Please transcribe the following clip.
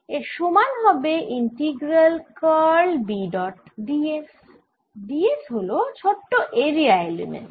এর সমান হবে integral curl B dot ds ds হল ছোট এরিয়া এলিমেন্ট